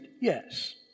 Yes